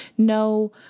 No